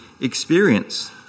experience